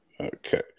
Okay